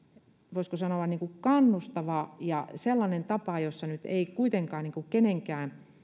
voisiko sanoa kannustava ja sellainen tapa jossa nyt ei kuitenkaan kenenkään